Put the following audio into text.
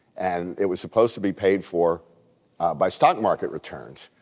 and it was supposed to be paid for by stock market returns,